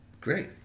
Great